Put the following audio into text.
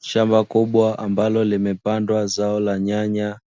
Shamba kubwa ambalo limepandwa zao la nyanya,